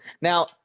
Now